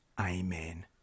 Amen